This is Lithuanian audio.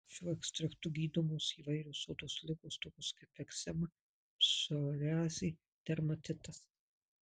šiuo ekstraktu gydomos įvairios odos ligos tokios kaip egzema psoriazė dermatitas